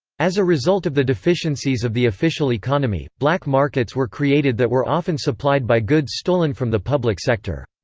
as a result of the deficiencies of the official economy, black markets were created that were often supplied by goods stolen from the public sector.